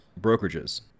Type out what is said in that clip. brokerages